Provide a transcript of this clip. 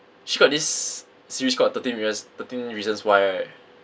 actually got this series called thirteen reasons thirteen reasons why right